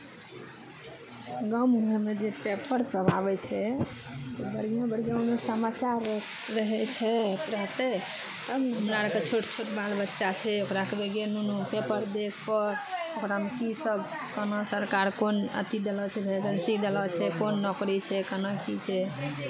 गाम घरमे जे पेपरसभ आबै छै बढ़िआँ बढ़िआँ ओहिमे समाचार रहै छै रहतै तब ने हमरा अरके छोट छोट बाल बच्चा छै ओकरा कहबै गे नूनू पेपर देख पढ़ ओकरामे कीसभ कोना सरकार कोन अथी देलो छै भेकेंसी देलो छै कोन नौकरी छै केना की छै